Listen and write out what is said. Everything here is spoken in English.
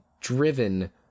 driven